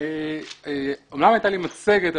אמנם הייתה לי מצגת,